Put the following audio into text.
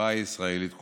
והחברה הישראלית כולה.